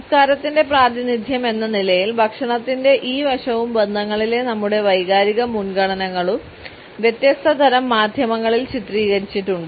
സംസ്കാരത്തിന്റെ പ്രാതിനിധ്യമെന്ന നിലയിൽ ഭക്ഷണത്തിന്റെ ഈ വശവും ബന്ധങ്ങളിലെ നമ്മുടെ വൈകാരിക മുൻഗണനകളും വ്യത്യസ്ത തരം മാധ്യമങ്ങളിൽ ചിത്രീകരിച്ചിട്ടുണ്ട്